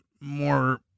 more